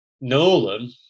Nolan